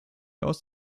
aus